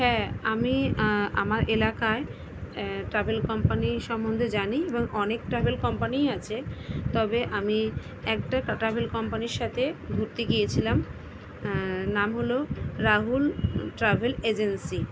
হ্যাঁ আমি আমার এলাকায় ট্রাভেল কোম্পানি সম্বন্ধে জানি এবং অনেক ট্রাভেল কোম্পানিই আছে তবে আমি একটা কা ট্রাভেল কোম্পানির সাথে ঘুরতে গিয়েছিলাম নাম হল রাহুল ট্রাভেল এজেন্সি